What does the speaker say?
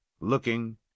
looking